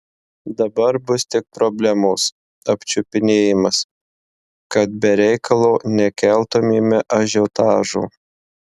dabar bus tik problemos apčiupinėjimas kad be reikalo nekeltumėme ažiotažo